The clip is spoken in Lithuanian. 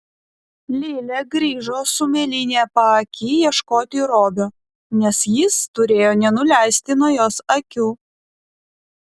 lilė grįžo su mėlyne paaky ieškoti robio nes jis turėjo nenuleisti nuo jos akių